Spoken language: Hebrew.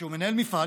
שהוא מנהל מפעל,